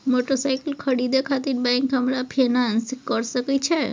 Motorcycle खरीदे खातिर bank हमरा फिनांस कय सके छै?